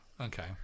okay